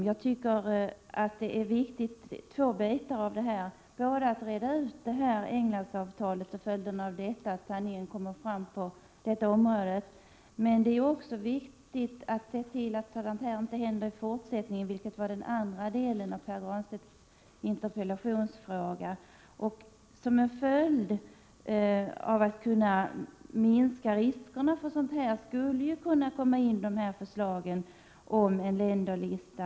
Det är två bitar som jag tycker är viktiga här, både att reda ut Englandsavtalet och följderna av detta, så att sanningen kommer fram, och att se till att sådant här inte händer i fortsättningen, vilket den andra av Pär Granstedts interpellationsfrågor avsåg. Som en följd av viljan att minska dessa risker kom förslaget om en länderlista.